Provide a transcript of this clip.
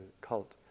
cult